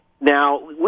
Now